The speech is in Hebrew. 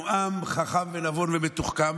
אנחנו עם חכם ונבון ומתוחכם,